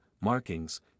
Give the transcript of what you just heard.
markings